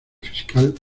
fiscal